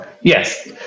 Yes